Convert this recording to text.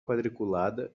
quadriculada